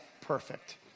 perfect